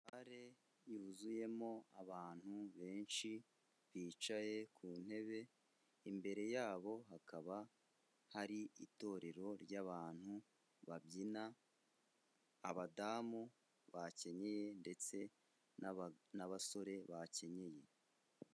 Sale yuzuyemo abantu benshi bicaye ku ntebe, imbere yabo hakaba hari itorero ry'abantu babyina, abadamu bakenyeye ndetse n'abasore bakenyeye.